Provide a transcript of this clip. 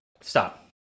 stop